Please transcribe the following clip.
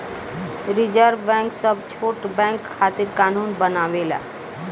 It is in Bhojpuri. रिज़र्व बैंक सब छोट बैंक खातिर कानून बनावेला